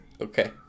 Okay